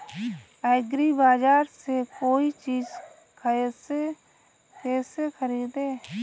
एग्रीबाजार से कोई चीज केसे खरीदें?